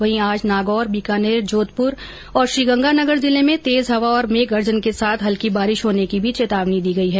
वहीं आज नागौर बीकानेर जोधपुर और श्रीगंगानगर जिले में तेज हवा और मेघ गर्जन के साथ हल्की बारिश होने की भी चेतावनी दी है